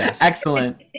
excellent